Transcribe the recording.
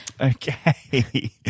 Okay